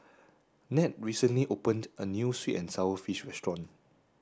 Nat recently opened a new sweet and sour fish restaurant